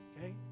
Okay